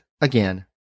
again